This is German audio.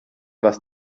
was